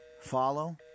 follow